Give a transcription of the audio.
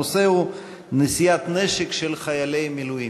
הנושא הוא: נשיאת נשק של חיילי מילואים.